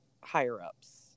higher-ups